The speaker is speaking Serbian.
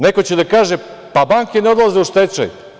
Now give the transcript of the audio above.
Neko će da kaže – pa, banke ne odlaze u stečaj.